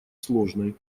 сложной